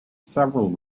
several